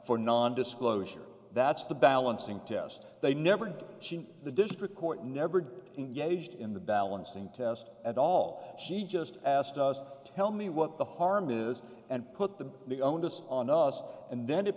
for non disclosure that's the balancing test they never do the district court never engaged in the balancing test at all she just asked us tell me what the harm is and put the the onus on us and then it